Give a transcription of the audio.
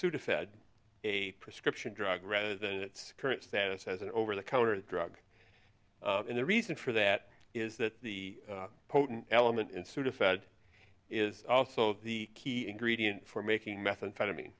sudafed a prescription drug rather than its current status as an over the counter drug and the reason for that is that the potent element in sudafed is also the key ingredient for making methamphetamine